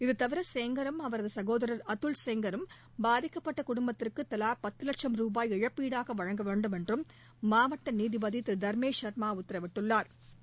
இது தவிர செங்காரும் அவரது சகோதரா் அதுல் செங்காரும் பாதிக்கப்பட்ட குடும்பத்துக்கு தலா பத்து வட்சும் ரூபாய் இழப்பீடாக வழங்க வேண்டுமென்றும் மாவட்ட நீதிபதி திரு தர்மேஷ் சர்மா உத்தரவிட்டா்